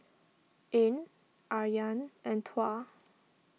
Ain Aryan and Tuah